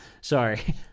Sorry